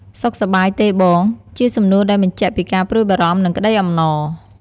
សុខសប្បាយទេបង?ជាសំណួរដែលបញ្ជាក់ពីការព្រួយបារម្ភ និងក្តីអំណរ។